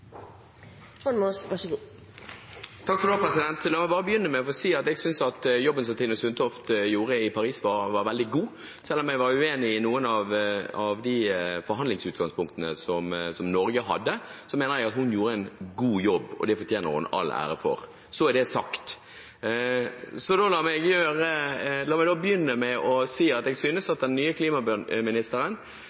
La meg begynne med å si at jeg synes at jobben som Tine Sundtoft gjorde i Paris, var veldig god. Selv om jeg var uenig i noen av de forhandlingsutgangspunktene som Norge hadde, mener jeg at hun gjorde en god jobb, og det fortjener hun all ære for. – Så er det sagt. La meg da begynne med å si at den nye klimaministerens bakgrunn jo er det internasjonale og verden, og jeg synes vel at